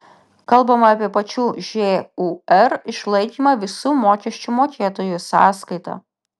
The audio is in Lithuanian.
kalbama apie pačių žūr išlaikymą visų mokesčių mokėtojų sąskaita